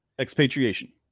expatriation